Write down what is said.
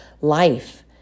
life